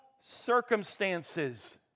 circumstances